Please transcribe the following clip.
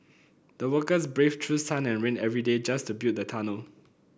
the workers braved through sun and rain every day just to build the tunnel